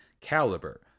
caliber